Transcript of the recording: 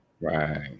Right